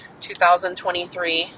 2023